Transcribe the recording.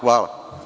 Hvala.